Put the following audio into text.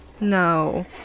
no